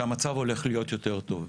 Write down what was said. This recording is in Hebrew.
שהמצב הולך להיות יותר טוב.